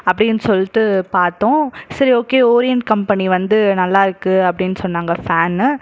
அப்படின்னு சொல்லிட்டு பார்த்தோம் சரி ஓகே ஓரியன்ட் கம்பெனி வந்து நல்லாருக்கு அப்படின்னு சொன்னாங்க ஃபேனு